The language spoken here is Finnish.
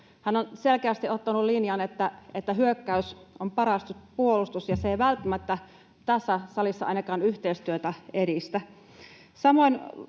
Hän on selkeästi ottanut linjan, että hyökkäys on paras puolustus, ja se ei välttämättä tässä salissa ainakaan yhteistyötä edistä. Samoin